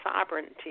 sovereignty